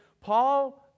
Paul